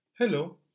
Hello